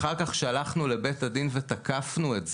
אחר כך, כשהלכנו לבית הדין ותקפנו את זה,